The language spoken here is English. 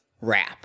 wrap